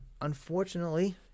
unfortunately